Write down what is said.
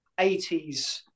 80s